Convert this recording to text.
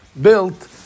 built